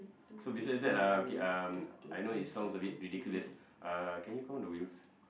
so beside that uh okay um I know it sounds a bit ridiculous uh can you count the wheels